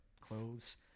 clothes